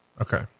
Okay